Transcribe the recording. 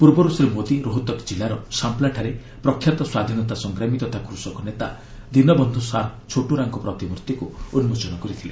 ପୂର୍ବରୁ ଶ୍ରୀ ମୋଦି ରୋହିତକ କିଲ୍ଲାର ସାମ୍ପ୍ଲାଠାରେ ପ୍ରଖ୍ୟାତ ସ୍ୱାଧୀନତା ସଂଗ୍ରାମୀ ତଥା କୃଷକ ନେତା ଦିନବନ୍ଧୁ ସାର୍ ଛୋଟୁରାଓଙ୍କ ପ୍ରତିମର୍ତ୍ତିକୁ ଉନ୍କୋଚନ କରିଥିଲେ